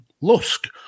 Lusk